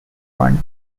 one